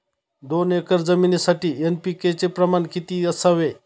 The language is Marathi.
दोन एकर जमीनीसाठी एन.पी.के चे प्रमाण किती असावे?